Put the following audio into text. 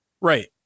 Right